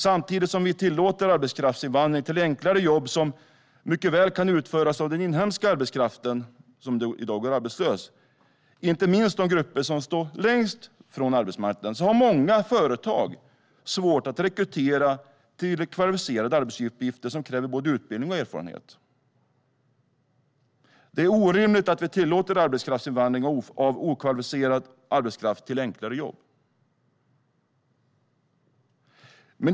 Samtidigt som vi tillåter arbetskraftsinvandring till enklare jobb som mycket väl kan utföras av den inhemska arbetskraft som i dag går arbetslös, inte minst de grupper som står längst från arbetsmarknaden, har många företag svårt att rekrytera till kvalificerade arbetsuppgifter som kräver både utbildning och erfarenhet. Det är orimligt att vi tillåter arbetskraftsinvandring av okvalificerad arbetskraft till enklare jobb.